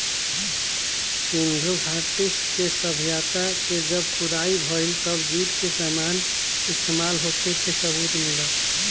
सिंधु घाटी के सभ्यता के जब खुदाई भईल तब जूट के सामान इस्तमाल होखे के सबूत मिलल